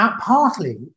partly